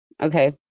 Okay